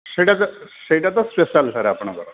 ସେଇଟା ତ ସେଇଟା ତ ସ୍ପେଶାଲ୍ ସାର୍ ଆପଣଙ୍କର